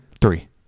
Three